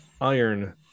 Iron